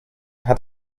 hat